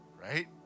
right